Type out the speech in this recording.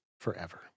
forever